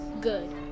good